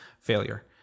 failure